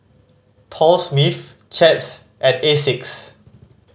Paul Smith Chaps and Asics